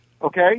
Okay